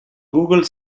google